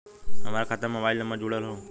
हमार खाता में मोबाइल नम्बर जुड़ल हो?